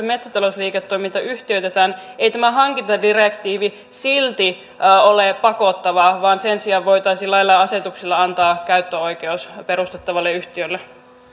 metsätalousliiketoiminta yhtiöitetään ei tämä hankintadirektiivi silti ole pakottava vaan sen sijaan voitaisiin lailla ja asetuksilla antaa käyttöoikeus perustettavalle yhtiölle